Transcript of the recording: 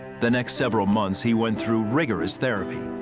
the next several months he went through rigorous therapy,